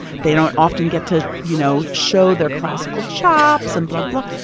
they don't often get to, you know, show their classical chops and blah, blah.